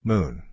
Moon